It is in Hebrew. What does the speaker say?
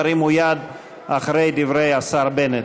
תרימו יד אחרי דברי השר בנט.